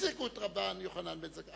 שהצדיקו את רבן יוחנן בן זכאי.